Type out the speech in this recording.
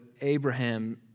Abraham